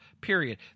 period